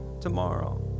tomorrow